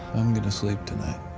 i'm gonna sleep tonight,